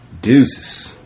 Deuces